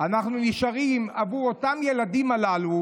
אנחנו נשארים עבור אותם הילדים הללו,